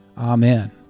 Amen